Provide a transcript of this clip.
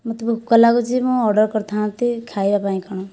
ମୋତେ ଭୋକ ଲାଗୁଛି ମୁଁ ଅର୍ଡ଼ର କରିଥାନ୍ତି ଖାଇବା ପାଇଁ କ'ଣ